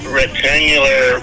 rectangular